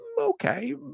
Okay